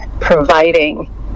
providing